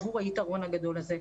עבור היתרון הגדול הזה.